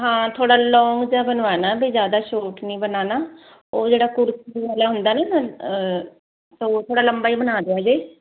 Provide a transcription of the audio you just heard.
ਹਾਂ ਥੋੜਾ ਲੋਂਗ ਜਿਹਾ ਬਣਵਾਣਾ ਵੀ ਜਿਆਦਾ ਸ਼ੋਟ ਨਹੀਂ ਬਣਾਣਾ ਉਹ ਜਿਹੜਾ ਹਲੇ ਹੁੰਦਾ ਨੀ ਨਾ ਥੋੜਾ ਲੰਬਾ ਹੀ ਬਣਾ ਦਿਓ ਜੇ